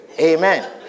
Amen